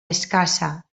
escassa